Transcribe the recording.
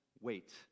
wait